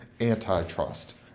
antitrust